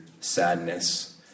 sadness